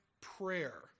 prayer